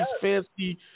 fancy